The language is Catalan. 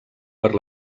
per